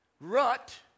rut